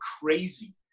crazy